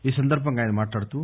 ఈ సందర్బంగా ఆయన మాట్లాడుతూ